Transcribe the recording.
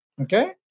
Okay